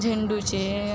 झेंडूचे